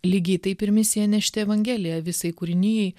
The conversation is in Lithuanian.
lygiai taip ir misija nešti evangeliją visai kūrinijai